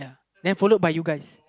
then follow by you guys